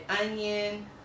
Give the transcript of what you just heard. onion